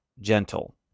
gentle